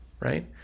Right